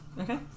Okay